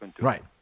Right